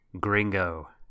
gringo